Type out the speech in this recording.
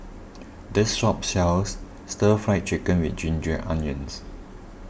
this shop sells Stir Fried Chicken with Ginger Onions